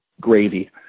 gravy